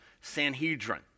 Sanhedrin